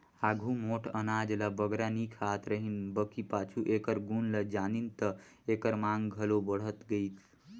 आघु मोट अनाज ल बगरा नी खात रहिन बकि पाछू एकर गुन ल जानिन ता एकर मांग घलो बढ़त गइस